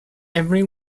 every